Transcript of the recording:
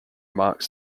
marks